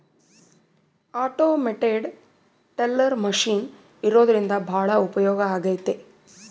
automated teller machine ಇರೋದ್ರಿಂದ ಭಾಳ ಉಪಯೋಗ ಆಗೈತೆ